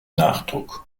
nachdruck